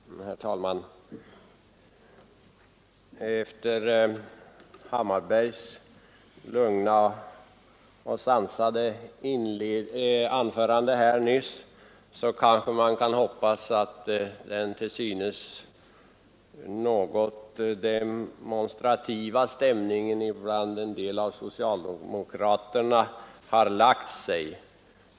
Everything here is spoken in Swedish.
Herr talman! Efter herr Hammarbergs lugna och sansade anförande nyss kanske man kan hoppas att den till synes något demonstrativa stämningen bland en del av socialdemokraterna har lagt sig.